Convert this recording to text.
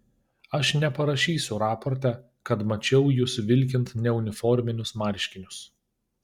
aš neparašysiu raporte kad mačiau jus vilkint neuniforminius marškinius